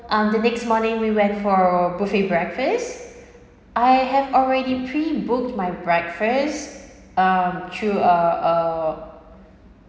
um the next morning we went for buffet breakfast I have already pre-booked my breakfast um through uh uh